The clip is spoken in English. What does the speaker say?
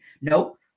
nope